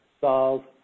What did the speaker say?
Solve